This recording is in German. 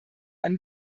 einen